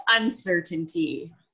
uncertainty